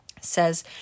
says